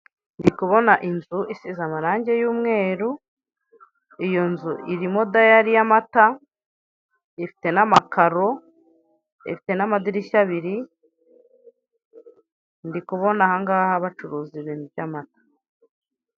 Ndikubona inzu isize amarange y'umweru iyo nzu irimo dayari y'amata ifite n'amakaro ifite n'amadirishya abiri ndikubona ahangaha bacuruza ibintu by'amata.